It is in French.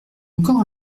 encore